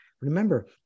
Remember